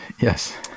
Yes